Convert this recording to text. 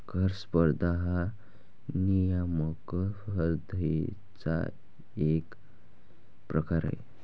कर स्पर्धा हा नियामक स्पर्धेचा एक प्रकार आहे